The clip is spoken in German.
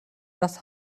das